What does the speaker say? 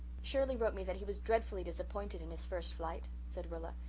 shirley wrote me that he was dreadfully disappointed in his first flight, said rilla.